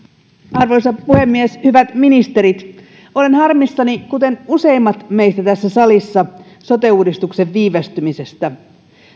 arvoisa puhemies hyvät ministerit olen harmissani kuten useimmat meistä tässä salissa sote uudistuksen viivästymisestä